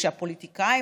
כשהפוליטיקאים,